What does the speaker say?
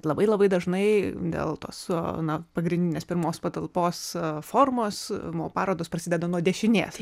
labai labai dažnai dėl tos na pagrindinės pirmos patalpos formos mo parodos prasideda nuo dešinės